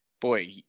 boy